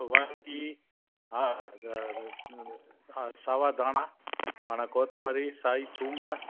पोइ बाकी हा हा सावा धाणा माणा गोथमरी साही थूम